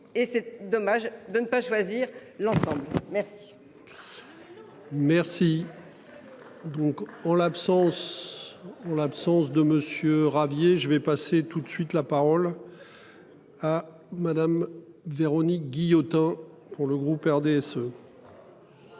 et c'est dommage de ne pas choisir l'ensemble. Merci. Merci. Donc en l'absence en l'absence de monsieur Ravier je vais passer tout de suite la parole. À Madame Véronique Guillotin pour le groupe RDSE.